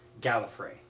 Gallifrey